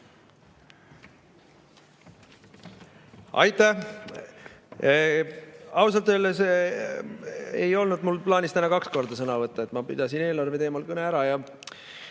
Aitäh! Ausalt öeldes ei olnud mul plaanis täna kaks korda sõna võtta. Ma pidasin eelarve teemal kõne ära